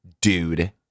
Dude